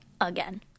again